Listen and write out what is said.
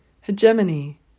hegemony